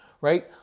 right